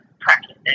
practices